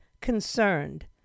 concerned